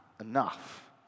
enough